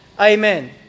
Amen